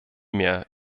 mehr